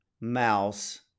mouse